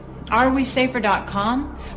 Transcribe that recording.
Arewesafer.com